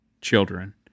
children